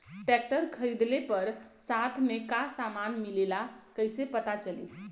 Tractor खरीदले पर साथ में का समान मिलेला कईसे पता चली?